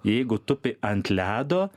jeigu tupi ant ledo